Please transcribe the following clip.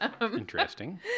interesting